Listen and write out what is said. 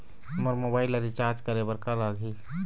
मोर mobile ला recharge करे बर का लगही?